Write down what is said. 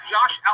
Josh